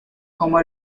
como